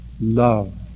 Love